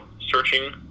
searching